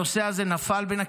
הנושא הזה נפל בין הכיסאות.